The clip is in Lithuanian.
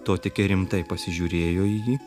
totikė rimtai pasižiūrėjo į jį